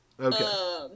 Okay